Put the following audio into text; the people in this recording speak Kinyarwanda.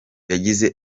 yagize